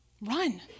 Run